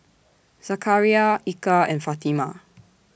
Zakaria Eka and Fatimah